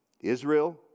Israel